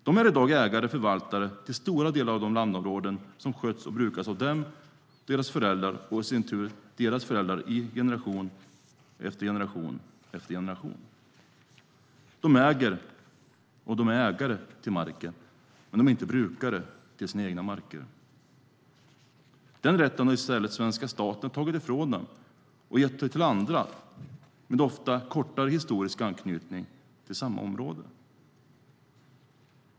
De är i dag ägare och förvaltare till stora delar av de landområden som har skötts och brukats av dem, deras föräldrar och i sin tur av deras föräldrar i generation efter generation. De är ägare till marken, men de är inte brukare till sina egna marker. Den rätten har i stället den svenska staten tagit ifrån dem och gett den till andra, ofta med kortare historisk anknytning till samma områden.